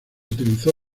utilizó